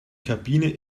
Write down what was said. kabine